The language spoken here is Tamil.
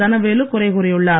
தனவேலு குறை கூறியுள்ளார்